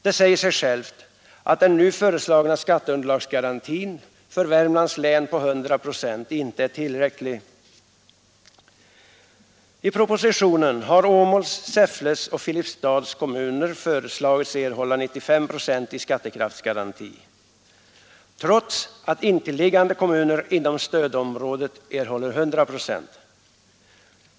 Det säger sig självt att den nu föreslagna skatteunderlagsgarantin för Värmlands län på 100 procent inte är tillräcklig. I propositionen har Åmåls, Säffles och Filipstads kommuner föreslagits erhålla 95 procent i skattekraftsgaranti, trots att intilliggande kommuner inom stödområdet erhåller 100 procent.